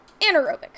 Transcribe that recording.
anaerobic